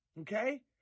Okay